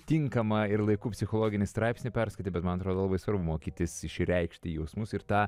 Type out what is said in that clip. tinkamą ir laiku psichologinį straipsnį perskaitė bet man atrodo labai svarbu mokytis išreikšti jausmus ir tą